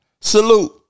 Salute